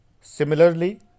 Similarly